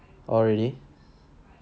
oh really